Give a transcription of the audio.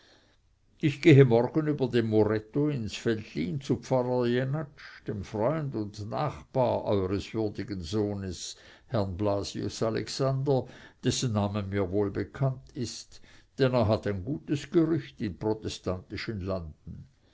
ich gehe morgen über den muretto ins veltlin zu pfarrer jenatsch dem freunde und nachbar eures würdigen sohnes herrn blasius alexander dessen name mir wohl bekannt ist denn er hat ein gutes gerücht in protestantischen landen